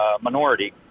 minority